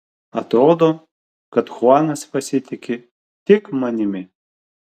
atrodo kad chuanas pasitiki tik manimi